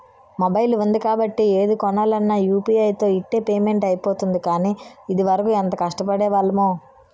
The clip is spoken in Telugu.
మొబైల్ ఉంది కాబట్టి ఏది కొనాలన్నా యూ.పి.ఐ తో ఇట్టే పేమెంట్ అయిపోతోంది కానీ, ఇదివరకు ఎంత కష్టపడేవాళ్లమో